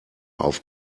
auf